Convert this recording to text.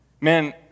man